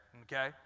Okay